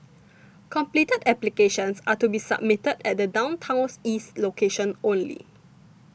completed applications are to be submitted at the Downtowns East location only